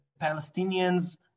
Palestinians